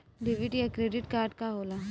Debit या credit card का होला?